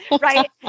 right